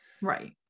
right